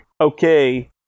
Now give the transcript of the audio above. okay